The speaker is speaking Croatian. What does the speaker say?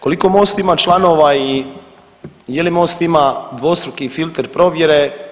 Koliko MOST ima članova i je li MOST ima dvostruki filter provjere?